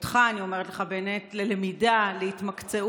אותך, אני אומרת לך, בנט, ללמידה, להתמקצעות.